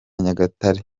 nyagatare